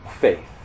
faith